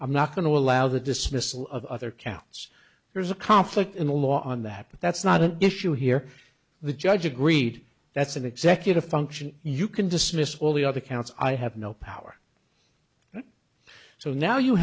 i'm not going to allow the dismissal of other counts there's a conflict in the law on the map that's not an issue here the judge agreed that's an executive function you can dismiss all the other counts i have no power so now you